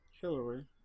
Hillary